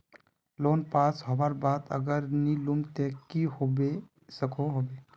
Loan pass होबार बाद अगर नी लुम ते की होबे सकोहो होबे?